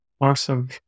Awesome